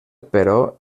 però